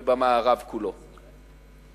ובמערב כולו.